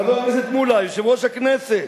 חבר הכנסת מולה יושב-ראש הכנסת,